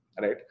right